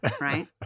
Right